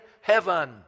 heaven